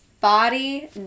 Body